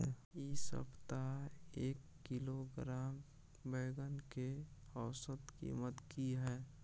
इ सप्ताह एक किलोग्राम बैंगन के औसत कीमत की हय?